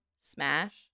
smash